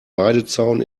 weidezaun